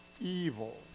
evil